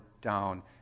down